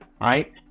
right